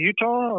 Utah